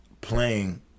playing